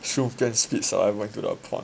you can spit saliva into the pond